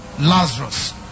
Lazarus